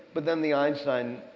but then the einstein,